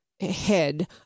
head